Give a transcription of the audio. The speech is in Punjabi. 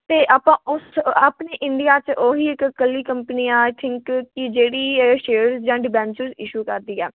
ਅਤੇ ਆਪਾਂ ਉਸ ਆਪਣੇ ਇੰਡੀਆ 'ਚ ਉਹੀ ਇੱਕ ਇਕੱਲੀ ਕੰਪਨੀ ਆ ਆਈ ਥਿੰਕ ਕਿ ਜਿਹੜੀ ਇਹ ਸ਼ੇਅਰਸ ਜਾਂ ਡਿਬੈਂਚਰਸ ਇਸ਼ੂ ਕਰਦੀ ਆ